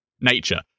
nature